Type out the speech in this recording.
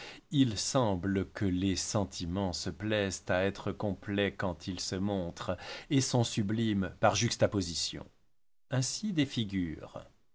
il semble que les sentiments se plaisent à être complets quand ils se montrent et sont sublimes par juxta position ainsi des